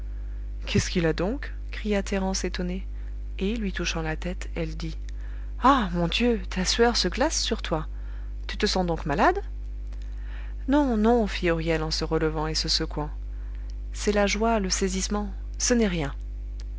qu'est-ce qu'il a donc cria thérence étonnée et lui touchant la tête elle dit ah mon dieu ta sueur se glace sur toi tu te sens donc malade non non fit huriel en se relevant et se secouant c'est la joie le saisissement ce n'est rien